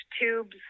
tubes